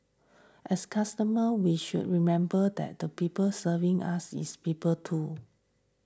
as customer we should remember that the people serving us is people too